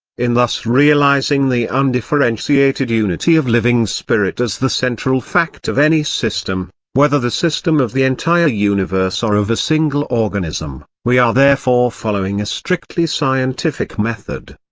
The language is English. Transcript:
in thus realising the undifferentiated unity of living spirit as the central fact of any system whether the system of the entire universe or of a single organism, we are therefore following a strictly scientific method.